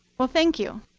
well, thank you.